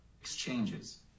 exchanges